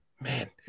Man